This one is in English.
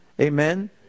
Amen